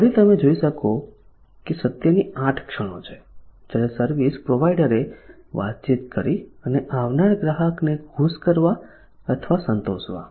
તો ફરી તમે અહીં જુઓ કે સત્યની 8 ક્ષણો છે જ્યારે સર્વિસ પ્રોવાઇડરે વાતચીત કરી અને આવનાર ગ્રાહકને ખુશ કરવા અથવા સંતોષવા